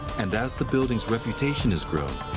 and as the building's reputation has grown,